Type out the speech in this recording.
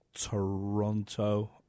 Toronto